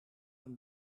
een